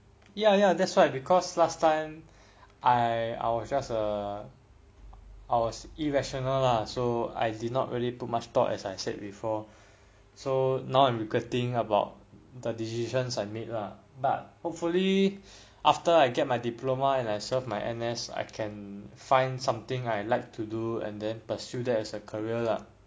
ya ya that's why because last time I was just err I was irrational lah so I did not really put much thought as I've said before so now I'm regretting about the decisions I made lah but hopefully after I get my diploma and I served my N_S I can find something I like to do and then pursue that as a career lah